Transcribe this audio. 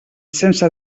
sense